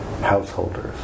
householders